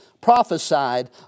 prophesied